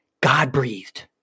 God-breathed